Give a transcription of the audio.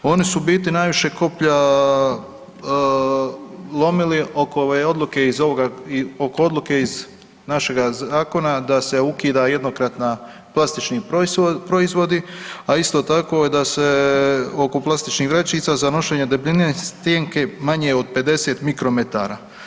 Oni su u biti najviše koplja lomili oko ove odluke iz našega zakona da se ukida jednokratna plastični proizvodi, a isto tako da se oko plastičnih vrećica za nošenje debljine stjenke manje od 50 mikrometara.